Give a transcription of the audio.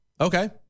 Okay